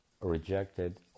Rejected